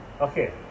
Okay